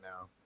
now